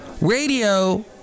Radio